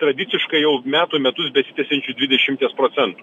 tradiciškai jau metų metus besitęsiančių dvidešimties procentų